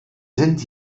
sind